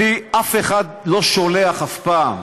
אותי אף אחד לא שולח אף פעם.